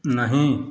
नहि